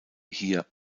hier